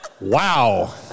Wow